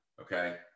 okay